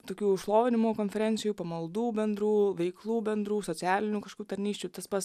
tokių šlovinimo konferencijų pamaldų bendrų veiklų bendrų socialinių kažkokių tarnysčių tas pats